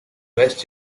west